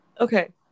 okay